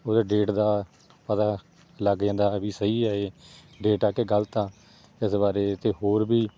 ਉਹਦੇ ਡੇਟ ਦਾ ਪਤਾ ਲੱਗ ਜਾਂਦਾ ਵੀ ਸਹੀ ਆ ਇਹ ਡੇਟ ਆ ਕਿ ਗਲਤ ਆ ਇਸ ਬਾਰੇ ਅਤੇ ਹੋਰ ਵੀ